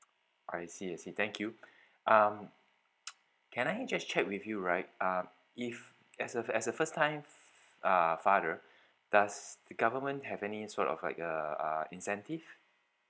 I see I see thank you um can I just check with you right um if as a as a first time uh father does the government have any sort of like uh uh incentive